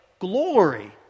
glory